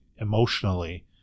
emotionally